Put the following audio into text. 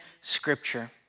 scripture